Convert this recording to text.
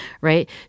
right